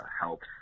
helps